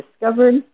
discovered